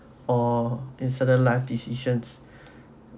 or in certain life decisions